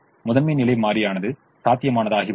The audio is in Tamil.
முதன்மை நிலை மாறியானது சாத்தியமானதாகிவிட்டது